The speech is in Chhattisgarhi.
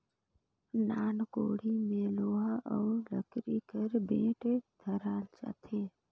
नान कोड़ी मे लोहा अउ लकरी कर बेठ धराल जाथे